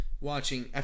watching